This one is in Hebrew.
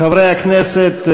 חברי הכנסת,